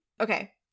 Okay